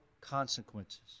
consequences